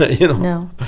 No